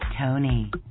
Tony